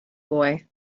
boy